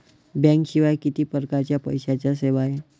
बँकेशिवाय किती परकारच्या पैशांच्या सेवा हाय?